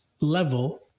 level